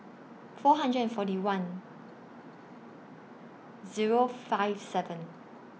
four hundred and forty one Zero five seven